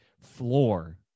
floor